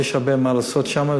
יש הרבה מה לעשות שם.